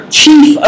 chief